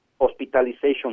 hospitalization